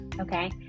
okay